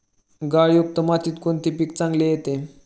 गाळयुक्त मातीत कोणते पीक चांगले येते?